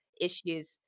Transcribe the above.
issues